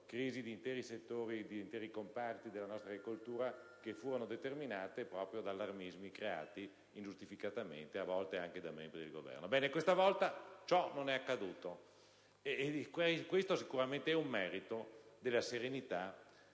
crisi di interi settori e comparti della nostra agricoltura determinate proprio da allarmismi creati ingiustificatamente, a volte anche da membri del Governo. Bene, questa volta ciò non è accaduto. Questo è sicuramente un merito della serenità